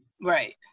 Right